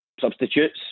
substitutes